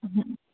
ह